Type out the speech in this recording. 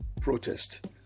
protest